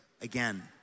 again